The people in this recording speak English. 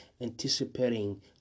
anticipating